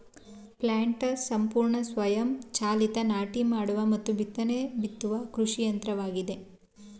planters ಸಂಪೂರ್ಣ ಸ್ವಯಂ ಚಾಲಿತ ನಾಟಿ ಮಾಡುವ ಮತ್ತು ಬಿತ್ತನೆ ಬಿತ್ತುವ ಕೃಷಿ ಯಂತ್ರವಾಗಿದೆ